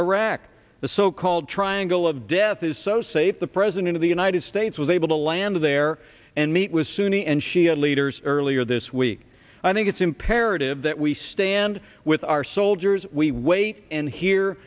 iraq the so called triangle of death is so safe the president of the united states was able to land there and meet with sunni and shia leaders earlier this week i think it's imperative that we stand with our soldiers we wait and he